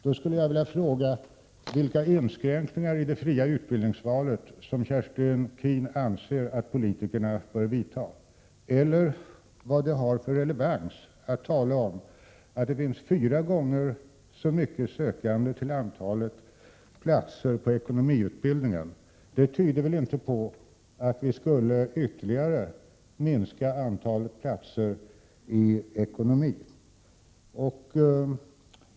Jag skulle vilja fråga vilka inskränkningar i det fria utbildningsvalet som Kerstin Keen anser att politikerna bör vidta och vad det har för relevans att tala om att det finns fyra gånger så många sökande per plats på ekonomutbildningarna. Det tyder väl inte på att vi skulle ytterligare minska antalet platser på dessa utbildningar?